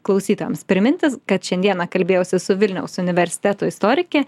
klausytojams priminti kad šiandieną kalbėjausi su vilniaus universiteto istorike